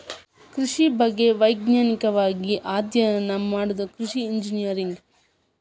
ಕೃಷಿ ಬಗ್ಗೆ ವೈಜ್ಞಾನಿಕವಾಗಿ ಅಧ್ಯಯನ ಮಾಡುದ ಕೃಷಿ ಇಂಜಿನಿಯರಿಂಗ್